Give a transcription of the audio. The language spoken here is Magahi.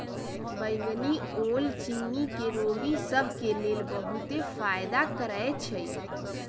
बइगनी ओल चिन्नी के रोगि सभ के लेल बहुते फायदा करै छइ